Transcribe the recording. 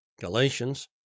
Galatians